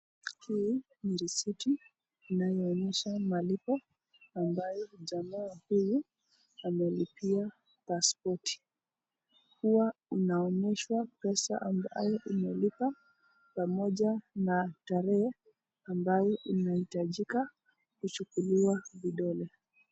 Hii ni risiti inayoonyesha malipo ambayo jamaa huyu amelipia pasipoti. Huwa unaonyesha pesa ambayo umelipa pamoja na tarehe ambayo unahitajika kuchukuliwa vidole.